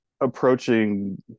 approaching